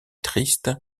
triste